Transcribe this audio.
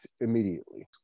immediately